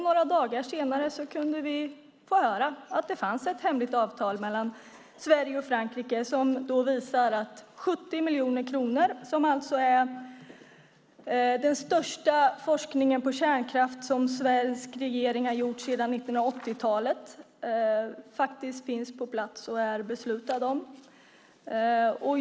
Några dagar senare kunde vi få höra att det fanns ett hemligt avtal mellan Sverige och Frankrike som visar att 70 miljoner kronor, som är alltså den största forskningssatsning på kärnkraft som en svensk regering har gjort sedan 1980-talet, faktiskt har beslutats och finns på plats.